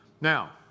Now